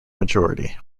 majority